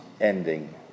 ending